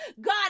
God